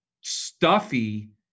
stuffy